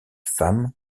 femme